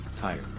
Tire